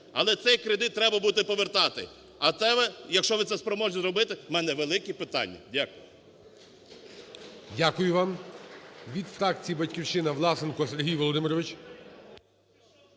Але цей кредит треба буде повертати. А те …. якщо ви це спроможні зробити в мене великі питання. Дякую.